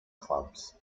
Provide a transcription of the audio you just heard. clubs